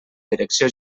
direcció